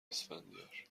اسفندیار